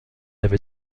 avait